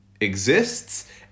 exists